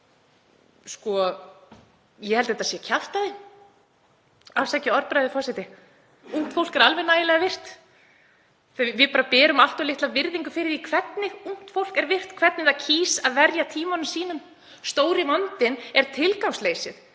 virkt. Ég held að það sé kjaftæði, afsakið orðbragðið, forseti. Ungt fólk er alveg nægilega virkt. Við berum bara allt of litla virðingu fyrir því hvernig ungt fólk er virkt, hvernig það kýs að verja tíma sínum. Stóri vandinn er tilgangsleysið